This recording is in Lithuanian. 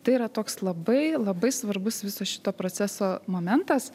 tai yra toks labai labai svarbus viso šito proceso momentas